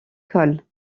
coll